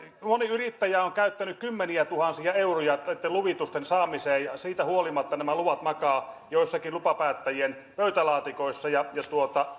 yrittäjä on on käyttänyt kymmeniätuhansia euroja näitten luvitusten saamiseen ja siitä huolimatta nämä luvat makaavat joissakin lupapäättäjien pöytälaatikoissa ja